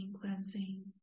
cleansing